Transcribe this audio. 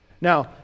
Now